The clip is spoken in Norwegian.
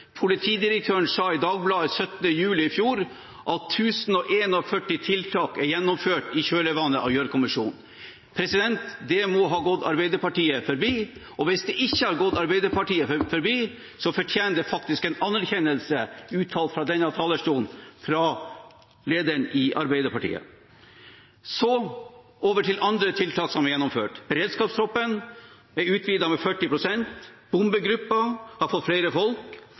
Politidirektøren sa i Dagbladet den 27. juni i fjor at 1 049 tiltak er gjennomført i kjølvannet av Gjørv-kommisjonen. Det må ha gått Arbeiderpartiet hus forbi, og hvis det ikke har gått Arbeiderpartiet forbi, så fortjener det faktisk en anerkjennelse uttalt fra denne talerstolen fra lederen i Arbeiderpartiet. Over til andre tiltak som er gjennomført. Beredskapstroppen er utvidet med 40 pst., bombegruppen har fått flere folk,